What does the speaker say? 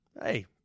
Hey